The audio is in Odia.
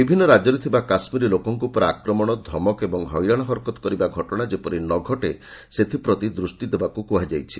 ବିଭିନ୍ନ ରାଜ୍ୟରେ ଥିବା କାଶ୍ମୀରୀ ଲୋକଙ୍କ ଉପରେ ଆକ୍ରମଣ ଧମକ ଓ ହଇରାଶ ହରକତ କରିବା ଘଟଣା ଯେପରି ନ ଘଟେ ସେଥିପ୍ରତି ଦୃଷ୍ଟି ଦେବାକୁ କୁହାଯାଇଛି